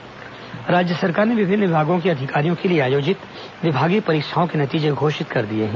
विभागीय परीक्षा नतीजे राज्य सरकार ने विभिन्न विभागों के अधिकारियों के लिए आयोजित विभागीय परीक्षाओं के नतीजे घोषित कर दिए हैं